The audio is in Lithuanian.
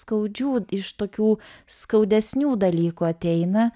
skaudžių iš tokių skaudesnių dalykų ateina